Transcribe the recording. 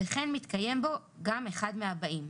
וכן מתקיים בו גם אחד מהבאים:"